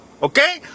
Okay